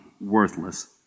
worthless